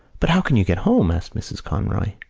but how can you get home? asked mrs. conroy.